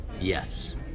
Yes